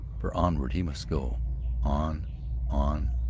for onward he must go on on.